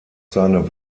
seine